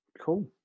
cool